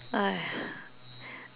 !aiya!